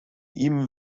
ihm